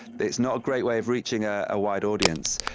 it's not a great way of reaching ah a wide audience.